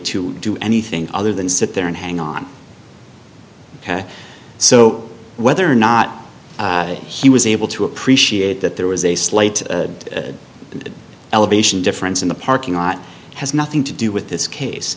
to do anything other than sit there and hang on so whether or not he was able to appreciate that there was a slight elevation difference in the parking lot has nothing to do with this case